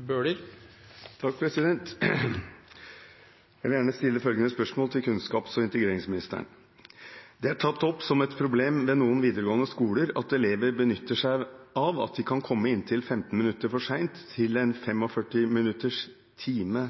Jeg vil gjerne stille følgende spørsmål til kunnskaps- og integreringsministeren: «Det er tatt opp som et problem ved noen videregående skoler at elever benytter seg av at de kan komme inntil 15 minutter for seint til en 45 minutters time